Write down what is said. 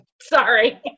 sorry